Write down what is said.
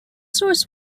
source